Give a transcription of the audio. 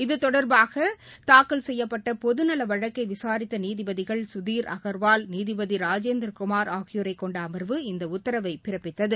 இத்தொடர்பாக தாக்கல் செய்யப்பட்டபொது நல வழக்கை விசாரித்த நீதிபதிகள் சுதீர் அகர்வால் நீதிபதி ராஜேந்திர குமார் ஆகியோரை கொண்ட அமர்வு இந்த உத்தரவை பிறப்பித்தது